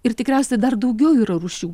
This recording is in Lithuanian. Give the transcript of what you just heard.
ir tikriausiai dar daugiau yra rūšių